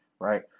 right